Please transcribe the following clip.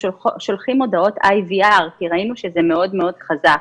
שולחים הודעות IVR כי ראינו שזה מאוד מאוד חזק.